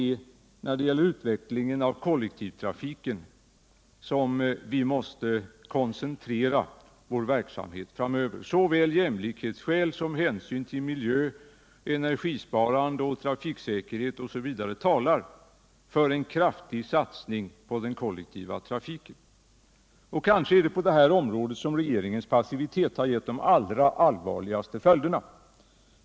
Jag delar herr Måbrinks uppfattning att vi måste koncentrera vår verkskäl som hänsyn till miljö, behovet av energisparande, trafiksäkerhet osv. talar för att vi bör göra en kraftig satsning på den kollektiva trafiken. Kanske är det på detta område som regeringens passivitet har fått de allra allvarligaste följderna.